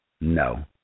No